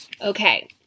Okay